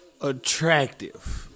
attractive